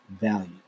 value